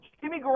Jimmy